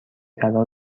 طلا